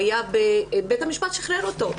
ובית המשפט שחרר אותו.